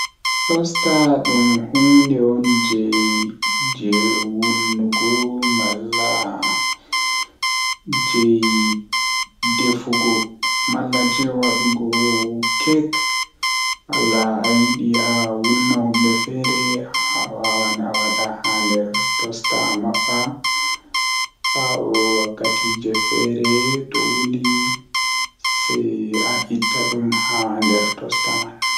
Toaster o waɗa naŋŋude fiyaangu sabu rewɓe laawol hoore sabu rewɓe njiddaade fiyaangu. Ko laawol ngal, rewɓe hoore nder fiyaangu, rewɓe fayi sabu fiyaangu fiyaangu sabu. O taara nder fiyaangu ngal e njiddaade sabu. O fiyaangu, o njiddaade e njamaaji ngal, sabu hoore sabu nder.